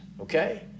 Okay